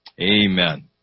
Amen